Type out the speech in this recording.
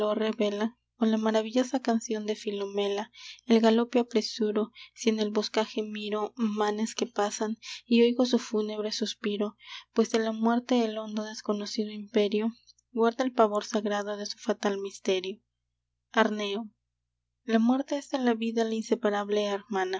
dolor revela o la maravillosa canción de filomela el galope apresuro si en el boscaje miro manes que pasan y oigo su fúnebre suspiro pues de la muerte el hondo desconocido imperio guarda el pavor sagrado de su fatal misterio arneo la muerte es de la vida la inseparable